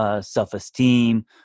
self-esteem